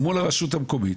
מול הרשות המקומית,